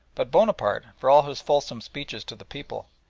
but bonaparte, for all his fulsome speeches to the people,